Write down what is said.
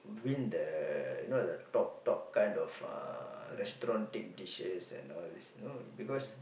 win the you know the top top kind of uh restaurant big dishes and all this you know because